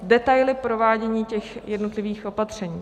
Detaily provádění jednotlivých opatření.